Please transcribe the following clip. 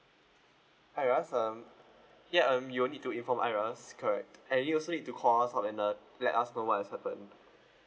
I_R_S um ya um you